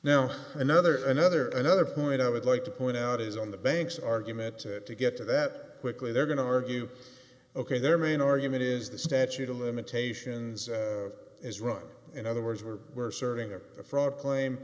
now another another another point i would like to point out is on the banks argument to get to that quickly they're going to argue ok their main argument is the statute of limitations has run in other words were were serving a fraud claim